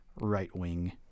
right-wing